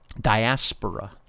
diaspora